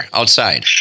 outside